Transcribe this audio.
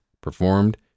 performed